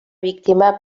víctima